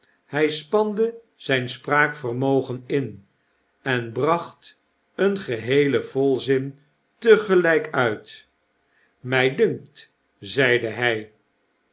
hij spande zijn spraakveirmogen in en bracht een geheelen volzin tegelijk uit mij dunkt zeide hij